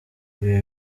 ibi